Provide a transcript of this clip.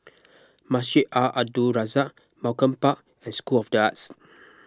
Masjid Al Abdul Razak Malcolm Park and School of the Arts